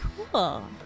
cool